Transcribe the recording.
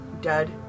dead